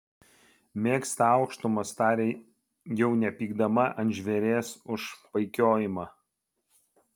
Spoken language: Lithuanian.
mėgsta aukštumas tarė jau nepykdama ant žvėries už paikiojimą